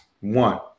one